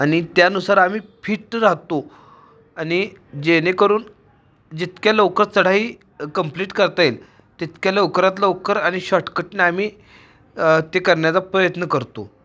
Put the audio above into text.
आणि त्यानुसार आम्ही फिट राहतो आणि जेणेकरून जितक्या लवकर चढाई कम्प्लीट करता येईल तितक्या लवकरात लवकर आणि शॉर्टकटने आम्ही ते करण्याचा प्रयत्न करतो